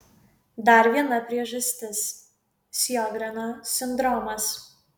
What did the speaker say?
dar viena priežastis sjogreno sindromas